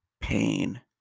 pain